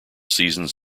seasons